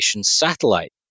satellite